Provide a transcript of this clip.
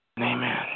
Amen